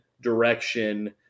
direction